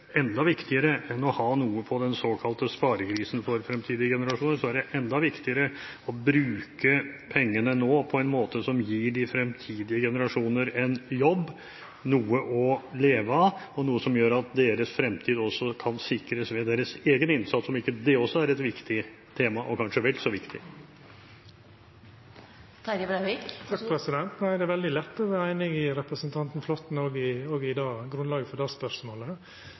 å bruke pengene nå på en måte som gir de fremtidige generasjoner en jobb, noe å leve av, og noe som gjør at deres fremtid også kan sikres ved deres egen innsats? Er ikke det også et viktig tema, og kanskje vel så viktig? Det er veldig lett å vera einig med representanten Flåtten i grunnlaget også for det spørsmålet.